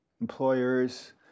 employers